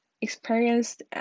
experienced